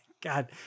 God